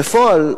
בפועל,